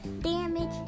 damage